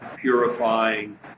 purifying